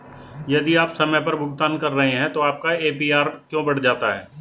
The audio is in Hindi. यदि आप समय पर भुगतान कर रहे हैं तो आपका ए.पी.आर क्यों बढ़ जाता है?